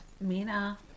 Mina